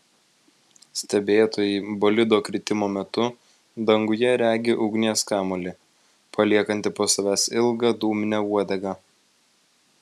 stebėtojai bolido kritimo metu danguje regi ugnies kamuolį paliekantį po savęs ilgą dūminę uodegą